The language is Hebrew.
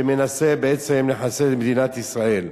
שמנסה בעצם לחסל את מדינת ישראל.